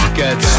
get